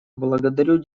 благодарю